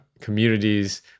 communities